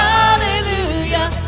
Hallelujah